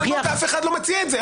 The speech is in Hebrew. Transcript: אף אחד לא מציע את זה.